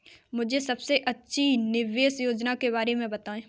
मुझे सबसे अच्छी निवेश योजना के बारे में बताएँ?